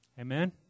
Amen